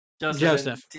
joseph